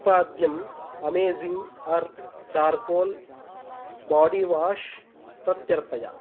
उत्पाद्यं amazing earth charcoal body wash प्रत्यर्पय